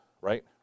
right